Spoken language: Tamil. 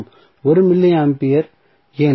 1 மில்லி ஆம்பியர் ஏன்